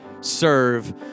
serve